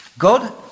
God